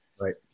Right